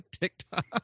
TikTok